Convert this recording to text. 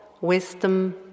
wisdom